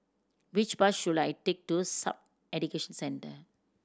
which bus should I take to SAF Education Centre